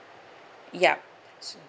ya